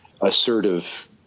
assertive